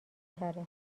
تره